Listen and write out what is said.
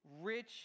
rich